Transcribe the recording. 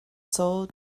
sole